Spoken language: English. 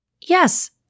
Yes